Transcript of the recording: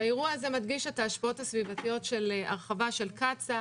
האירוע הזה מדגיש את ההשפעות הסביבתיות של ההרחבה של קצא"א,